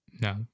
no